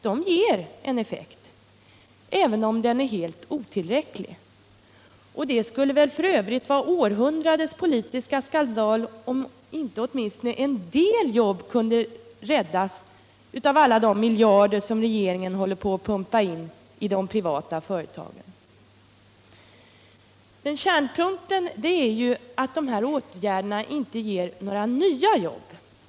De ger en effekt, även om den är helt otillräcklig. Det skulle för övrigt vara århundradets politiska skandal om inte åtminstone en del jobb kunde räddas genom alla de miljarder som regeringen nu pumpar in i de privata företagen. Men kärnpunkten är att dessa åtgärder inte ger några nya jobb.